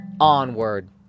onward